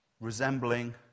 resembling